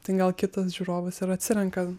tai gal kitas žiūrovas ir atsirenka